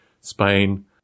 Spain